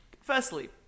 Firstly